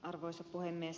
arvoisa puhemies